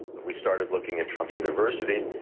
we started looking at trump university,